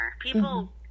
People